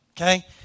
okay